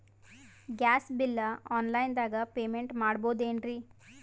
Gas bill online ದಾಗ payment ಮಾಡಬೋದೇನ್ರಿ?